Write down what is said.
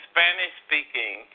Spanish-speaking